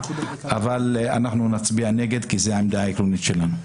אנחנו נצביע נגד כי זו העמדה העקרונית שלנו.